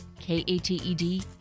k-a-t-e-d